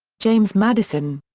james madison.